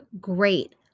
Great